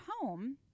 Home